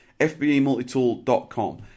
fbamultitool.com